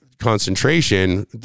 concentration